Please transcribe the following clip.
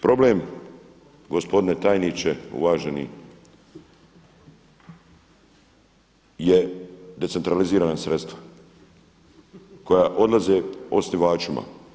Problem gospodine tajniče uvaženi je decentralizirana sredstva koja odlaze osnivačima.